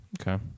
Okay